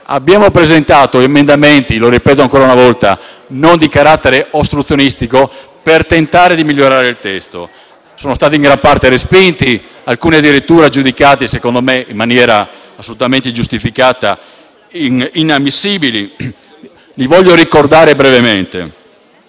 Abbiamo presentato emendamenti - lo ripeto ancora una volta - non a carattere ostruzionistico, per tentare di migliorare il testo. Sono stati in gran parte respinti, alcuni addirittura giudicati, in maniera assolutamente ingiustificata, inammissibili. Voglio ricordarli brevemente.